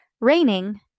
Raining